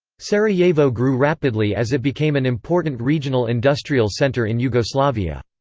sarajevo grew rapidly as it became an important regional industrial center in yugoslavia.